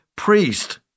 priest